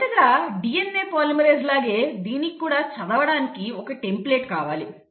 మొదటగా DNA polymerase లాగే దీనికి కూడా చదవడానికి ఒక టెంప్లేట్ కావాలి